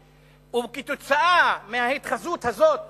או כתוצאה מההתחזות הזאת